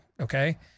Okay